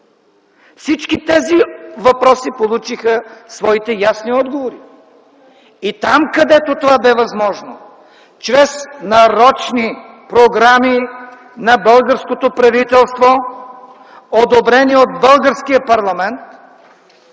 Всички тези въпроси получиха своите ясни отговори и там, където това бе възможно, чрез нарочни програми на българското правителство, одобрени от българския парламент,